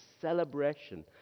celebration